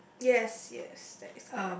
yes yes that is correct